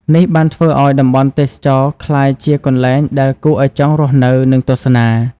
នេះបានធ្វើឱ្យតំបន់ទេសចរណ៍ក្លាយជាកន្លែងដែលគួរឱ្យចង់រស់នៅ និងទស្សនា។